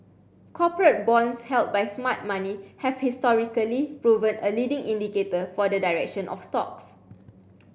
corporate bonds held by smart money have historically proven a leading indicator for the direction of stocks